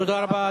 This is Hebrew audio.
תודה רבה.